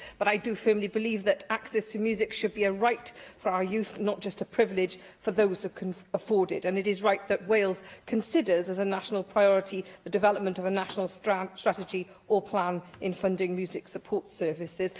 but i do firmly believe that access to music should be a right for our youth, not just a privilege for those who can afford it, and it is right that wales considers as a national priority the development of a national strategy or plan in funding music support services.